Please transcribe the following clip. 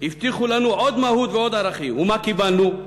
הבטיחו לנו עוד מהות ועוד ערכים, ומה קיבלנו?